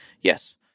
yes